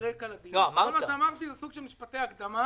משפטי הקדמה